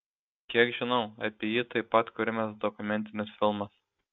kiek žinau apie jį taip pat kuriamas dokumentinis filmas